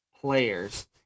players